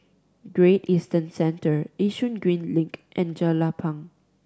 Great Eastern Center Yishun Green Link and Jelapang